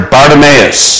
Bartimaeus